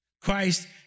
Christ